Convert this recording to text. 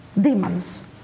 demons